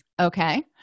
Okay